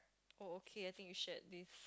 oh okay I think you shared this